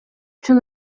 чын